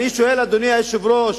אני שואל, אדוני היושב-ראש,